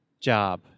job